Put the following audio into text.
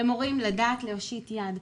לדעת להושיט יד,